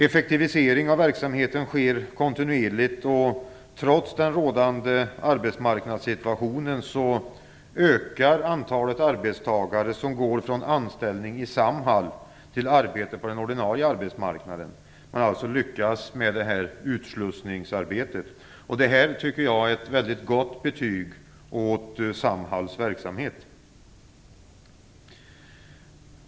Effektivisering av verksamheten sker kontinuerligt, och trots den rådande arbetsmarknadssituationen ökar antalet arbetstagare som går från anställning i Man har alltså lyckats med utslussningsarbetet. Detta är ett mycket gott betyg på Samhalls verksamhet.